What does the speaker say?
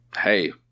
Hey